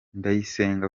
ndayisenga